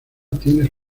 tienes